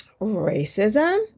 racism